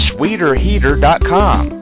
SweeterHeater.com